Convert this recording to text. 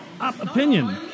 opinion